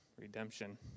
redemption